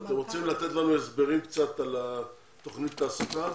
אתם רוצים לתת לנו קצת הסברים על תוכנית התעסוקה הזאת?